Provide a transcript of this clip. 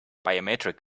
biometric